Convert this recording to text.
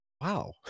wow